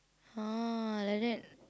!huh! like that